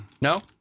No